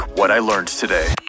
whatilearnedtoday